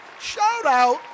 Shout-out